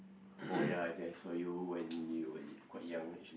oh ya I guess saw you when you were quite young actually